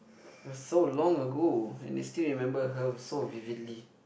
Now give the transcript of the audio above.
it was so long ago and they still remember her so vividly